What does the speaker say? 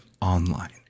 Online